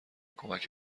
کمک